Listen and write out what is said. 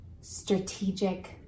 strategic